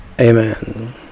Amen